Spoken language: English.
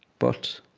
but